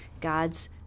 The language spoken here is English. God's